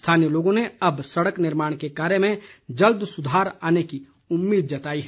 स्थानीय लोगों ने अब सड़क निर्माण के कार्य में जल्द सुधार आने की उम्मीद जताई है